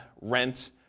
rent